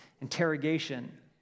interrogation